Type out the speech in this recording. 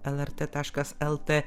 lrtntaškas el t